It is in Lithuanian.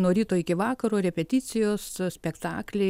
nuo ryto iki vakaro repeticijos spektakliai